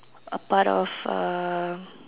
a part of uh